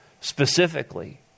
specifically